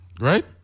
right